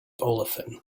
olefin